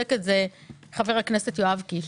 וחיזק את זה גם חבר הכנסת יואב קיש,